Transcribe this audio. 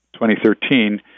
2013